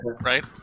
right